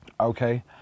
Okay